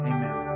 Amen